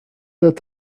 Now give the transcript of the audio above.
that